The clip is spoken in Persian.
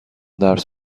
درس